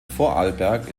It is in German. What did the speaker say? vorarlberg